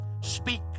Speak